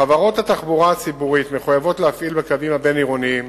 חברות התחבורה הציבורית מחויבות להפעיל בקווים הבין-עירוניים